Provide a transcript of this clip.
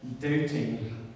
doubting